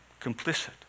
complicit